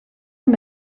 amb